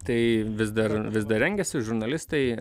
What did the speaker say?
tai vis dar vis dar rengiasi žurnalistai